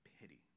pity